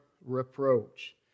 reproach